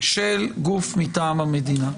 של גוף מטעם המדינה.